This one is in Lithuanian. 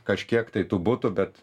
kažkiek tai tų butų bet